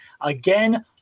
again